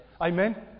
Amen